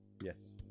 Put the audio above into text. yes